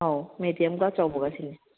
ꯃꯦꯗꯤꯌꯝꯒ ꯑꯆꯧꯕꯒꯁꯤꯅꯦ